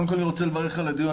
קודם כל אני רוצה לברך על הדיון,